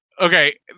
okay